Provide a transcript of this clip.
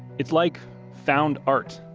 it's like found art.